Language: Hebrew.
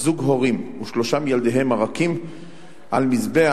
זוג הורים ושלושה מילדיהם הרכים על מזבח